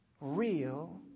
real